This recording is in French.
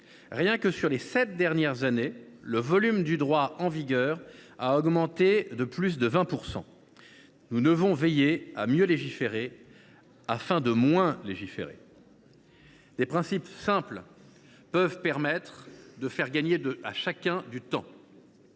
Rien que sur les sept dernières années, le volume du droit en vigueur a augmenté de plus de 20 %. Nous devons être attentifs à mieux légiférer afin de moins légiférer. Des principes simples peuvent faire gagner du temps